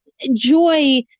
Joy